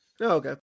okay